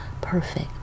perfect